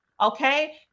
okay